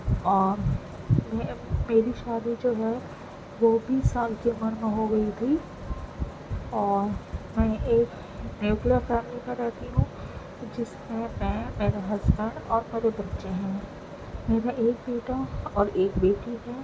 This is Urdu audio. اور میں میری شادی جو ہے وہ بیس سال کی عمر میں ہوگئی تھی اور میں ایک نیوکلیئر فیملی میں رہتی ہوں جس میں میں میرے ہسبینڈ اور میرے بچے ہیں میرا ایک بیٹا اور ایک بیٹی ہے